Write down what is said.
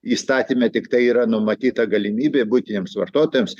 įstatyme tiktai yra numatyta galimybė buitiniams vartotojams